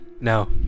no